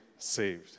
Saved